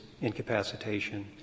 incapacitation